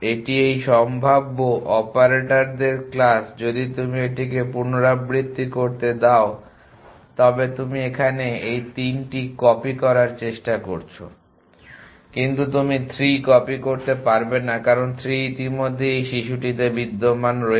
এটি এই সম্ভাব্য অপারেটরদের ক্লাস যদি তুমি এটিকে পুনরাবৃত্তি করতে দাও তবে তুমি এখানে এই 3টি কপি করার চেষ্টা করছো কিন্তু তুমি 3 কপি করতে পারবে না কারণ 3 ইতিমধ্যেই এই শিশুটিতে বিদ্যমান রয়েছে